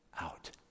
out